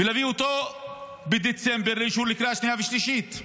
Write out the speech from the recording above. ולהביא אותו בדצמבר לקריאה השנייה והשלישית.